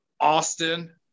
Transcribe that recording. Austin